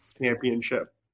championship